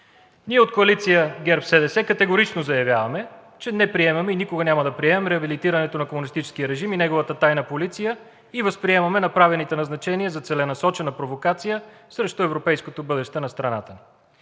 Ние от Коалиция ГЕРБ-СДС категорично заявяваме, че не приемаме и никога няма да приемем реабилитирането на комунистическия режим, неговата тайна полиция и възприемаме направените назначения за целенасочена провокация срещу европейското бъдеще на страната